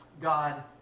God